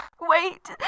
Wait